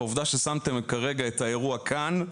והעובדה ששמתם כרגע את האירוע כאן,